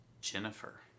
Jennifer